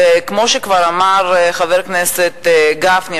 וכמו שכבר אמר חבר הכנסת גפני,